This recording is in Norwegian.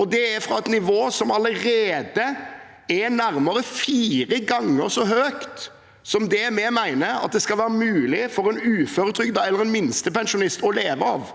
fysioterapeutar) allerede er nærmere fire ganger så høyt som det vi mener at det skal være mulig for en uføretrygdet eller minstepensjonist å leve av.